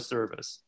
Service